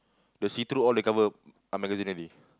the see through all they cover already